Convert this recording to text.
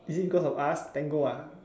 is it because of us Tango ah